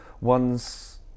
one's